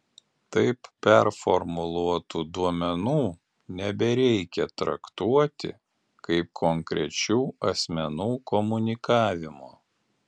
taip performuluotų duomenų nebereikia traktuoti kaip konkrečių asmenų komunikavimo